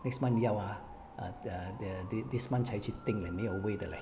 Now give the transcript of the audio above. next month 要 ah err the the this month 才去订 leh 没有位的 leh